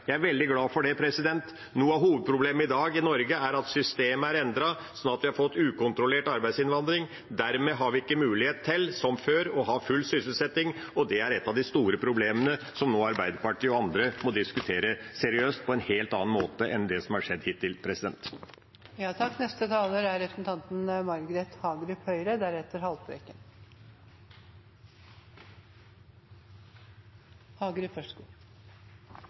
Jeg er veldig glad for det. Noe av hovedproblemet i Norge i dag er at systemet er endret, slik at vi har fått ukontrollert arbeidsinnvandring. Dermed har vi ikke mulighet til, som før, å ha full sysselsetting, og det er et av de store problemene som Arbeiderpartiet og andre nå må diskutere seriøst og på en helt annen måte enn det som har skjedd hittil. Det ble etterspurt litt satsinger. Vi har jo vært innom mye allerede, men det er